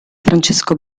francesco